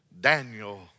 Daniel